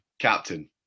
Captain